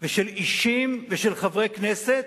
ושל אישים ושל חברי כנסת